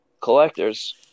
collectors